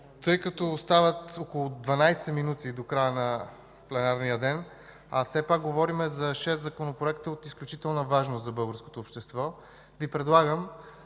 тъй като остават около 12 мин. до края на пленарния ден, а все пак говорим за шест законопроекта от изключителна важност за българското общество, Ви предлагам